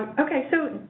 okay. so,